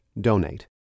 donate